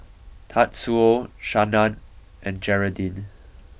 Tatsuo Shannan and Geraldine